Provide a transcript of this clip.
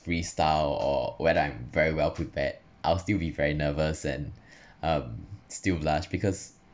freestyle or when I'm very well prepared I will still be very nervous and um still blush because